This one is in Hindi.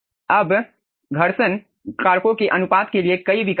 अब घर्षण कारकों के अनुपात के लिए कई विकल्प हैं